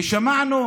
ושמענו